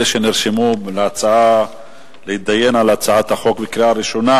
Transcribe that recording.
אלה שנרשמו להתדיין על הצעת החוק בקריאה ראשונה